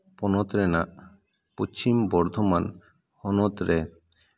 ᱯᱚᱱᱚᱛ ᱨᱮᱱᱟᱜ ᱯᱚᱪᱷᱤᱢ ᱵᱚᱨᱫᱷᱚᱢᱟᱱ ᱦᱚᱱᱚᱛ ᱨᱮ